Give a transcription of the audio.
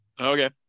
Okay